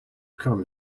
come